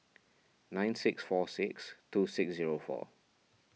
nine six four six two six zero four